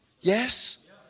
yes